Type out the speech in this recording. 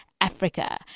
africa